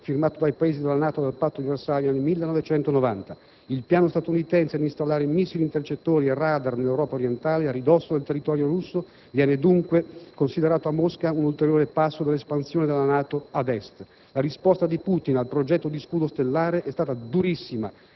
firmato dai Paesi della NATO e del Patto di Varsavia nel 1990. Il piano statunitense di installare missili intercettori e radar nell'Europa orientale, a ridosso del territorio russo, viene dunque considerato a Mosca un ulteriore passo dell'espansione della NATO ad est. La risposta di Putin al progetto di scudo stellare è stata durissima